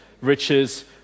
riches